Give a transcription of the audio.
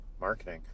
marketing